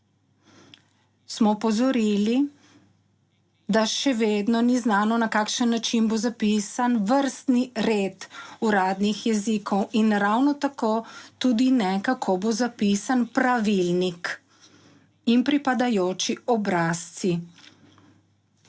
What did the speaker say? smo opozorili, da še vedno ni znano na kakšen način bo zapisan vrstni red uradnih jezikov in ravno tako tudi ne, kako bo zapisan pravilnik in pripadajoči obrazci.